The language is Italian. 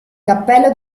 cappello